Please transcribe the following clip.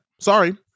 Sorry